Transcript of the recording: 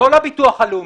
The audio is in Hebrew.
חוזר לא לביטוח הלאומי,